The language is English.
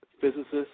physicists